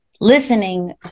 listening